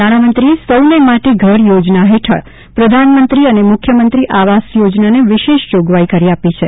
નાણામંત્રીએ સૌને માટે ઘર યોજના હેઠળ પ્રધાનમંત્રી અને મુખ્યમંત્રી આવાસ યોજનાને વિશેષ જોગવાઇ કરી આપી છે